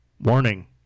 Warning